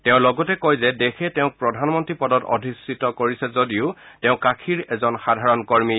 তেওঁ লগতে কয় যে দেশে তেওঁক প্ৰধানমন্নী পদত অধিষ্ঠিত কৰিছে যদিও তেওঁ কাশীৰ এজন সাধাৰণ কৰ্মী